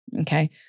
Okay